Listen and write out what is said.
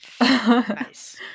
Nice